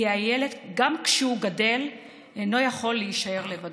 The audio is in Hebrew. כי הילד, גם כשהוא גדל, אינו יכול להישאר לבדו.